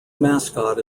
mascot